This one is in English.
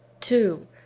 two